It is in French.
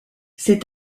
ces